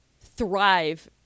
thrive